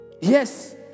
yes